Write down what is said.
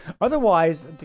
otherwise